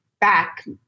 back